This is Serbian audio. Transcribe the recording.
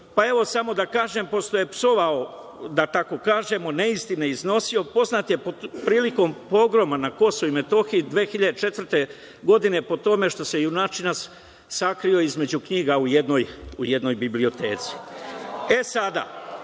Evo samo da kažem, posle je psovao, da tako kažem, neistine iznosio, poznat je, prilikom pogroma na KiM 2004. godine, po tome što se junačina sakrio između knjiga u jednoj biblioteci. Sada,